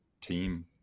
team